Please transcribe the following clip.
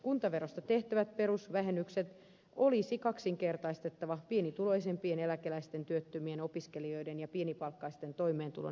kuntaverosta tehtävät perusvähennykset olisi kaksinkertaistettava pienituloisimpien eläkeläisten työttömien opiskelijoiden ja pienipalkkaisten toimeentulon helpottamiseksi